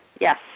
Yes